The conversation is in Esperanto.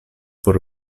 por